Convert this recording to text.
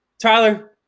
Tyler